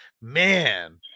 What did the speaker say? man